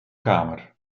kamer